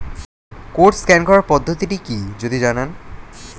Code scan করার পদ্ধতিটি কি যদি জানান?